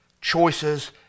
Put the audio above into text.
choices